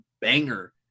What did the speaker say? banger